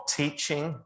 teaching